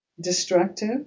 destructive